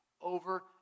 over